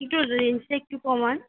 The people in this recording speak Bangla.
একটু রেঞ্জটা একটু কমান